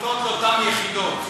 עמותות לאותן יחידות.